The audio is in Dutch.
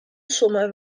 sommen